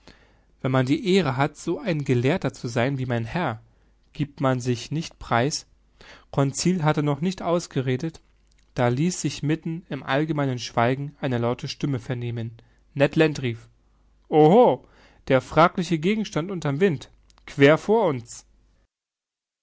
wenn man die ehre hat so ein gelehrter zu sein wie mein herr giebt man sich nicht preis conseil hatte noch nicht ausgeredet da ließ sich mitten im allgemeinen schweigen eine laute stimme vernehmen ned land rief oho der fragliche gegenstand unter'm wind quer vor uns